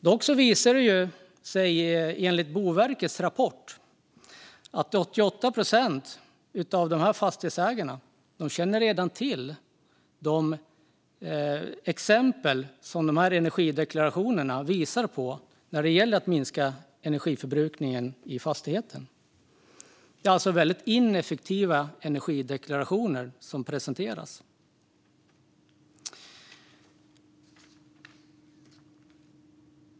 Dock visar det sig enligt Boverkets rapport att 88 procent av fastighetsägarna redan känner till de exempel som energideklarationerna visar på när det gäller att minska energiförbrukningen i fastigheten. Det är alltså väldigt ineffektiva energideklarationer som presenteras.